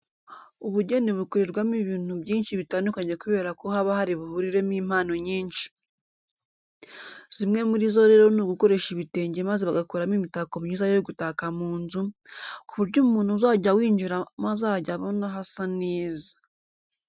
Ubugeni bukorerwamo ubintu byinshi bitandukane kubera ko haba hari buhuriremo impano nyinshi. Zimwe muri zo rero ni ugukoresha ibitenge maze bagakuramo imitako myiza yo gutaka mu nzu, ku buryo umuntu uzajya winjirimo azajya abona hasa neza.